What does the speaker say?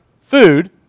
food